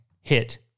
hit